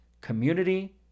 community